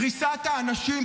קריסת האנשים,